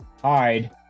hide